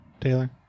Taylor